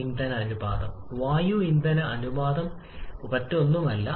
അതിനാൽ വിഘടനം ഇല്ലാത്തപ്പോൾ നിങ്ങൾക്ക് വീണ്ടും കാണാൻ കഴിയും ഇതാണ് ഏറ്റവും ഉയർന്നത് താപനില